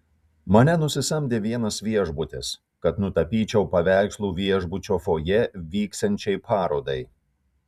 mane nusisamdė vienas viešbutis kad nutapyčiau paveikslų viešbučio fojė vyksiančiai parodai